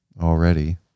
Already